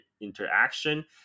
interaction